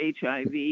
HIV